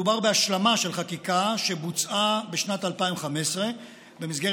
מדובר בהשלמה של חקיקה שבוצעה בשנת 2015 במסגרת